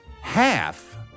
Half